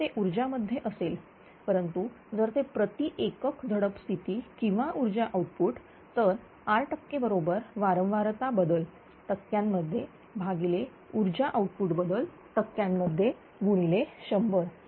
जर ते ऊर्जा मध्ये असेल परंतु जर ते प्रति एकक झडप स्थिती किंवा ऊर्जा आउटपुट तर R टक्के बरोबर वारंवारता बदल टक्क्यांमध्ये भागिले ऊर्जा आउटपुट बदल टक्क्यांमध्ये गुणिले 100